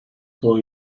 for